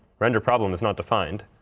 renderproblem is not defined.